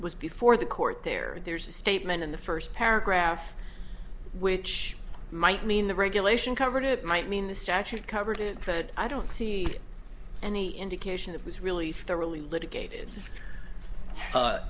was before the court there there's a statement in the first paragraph which might mean the regulation covered it might mean the statute covered it but i don't see any indication that was really thoroughly litigated